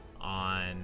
on